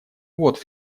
вот